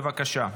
בבקשה.